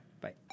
Bye